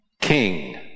king